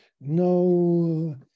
no